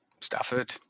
Stafford